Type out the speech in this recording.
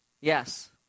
Yes